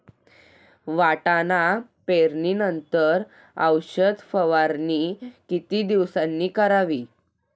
वाटाणा पेरणी नंतर औषध फवारणी किती दिवसांनी करावी?